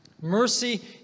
Mercy